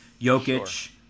Jokic